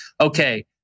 okay